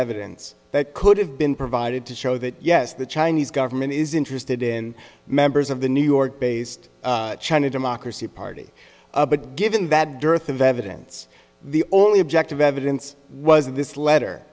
evidence that could have been provided to show that yes the chinese government is interested in members of the new york based china democracy party but given bad dearth of evidence the only objective evidence was that this letter